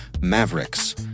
Mavericks